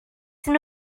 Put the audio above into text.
iddyn